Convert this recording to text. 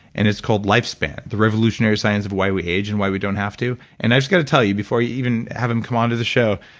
and it's called lifespan the revolutionary science of why we age and why we don't have to. and i just got to tell you before you even have him come on to the show,